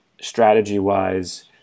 strategy-wise